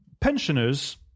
pensioners